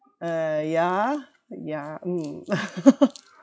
uh yeah yeah mm